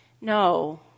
No